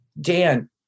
Dan